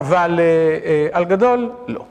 ‫אבל על גדול, לא.